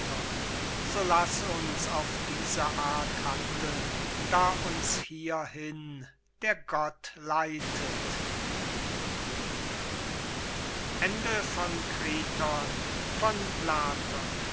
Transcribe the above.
so laß uns auf diese art handeln da uns hierhin der gott leitet